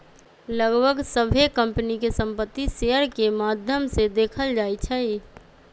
लगभग सभ्भे कम्पनी के संपत्ति शेयर के माद्धम से देखल जाई छई